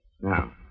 Now